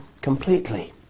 completely